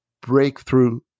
breakthrough